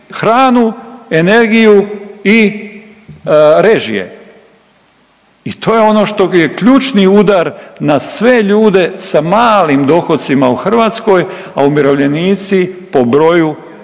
hranu, energiju i režije i to je ono što je ključni udar na sve ljude sa malim dohocima u Hrvatskoj, a umirovljenici po broju prednjače